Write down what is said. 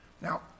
Now